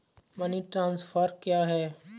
Money transfer क्या है?